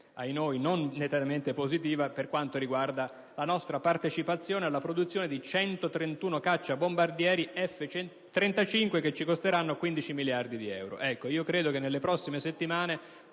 non propriamente positiva: la nostra partecipazione alla produzione di 131 cacciabombardieri F-35, che ci costeranno 15 miliardi di euro.